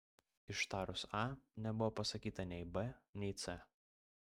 ištarus a nebuvo pasakyta nei b nei c